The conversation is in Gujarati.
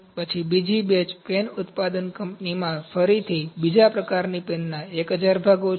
પછી બીજી બેચ પેન ઉત્પાદક કંપનીમાં ફરીથી બીજા પ્રકારની પેનના 1000 ભાગો છે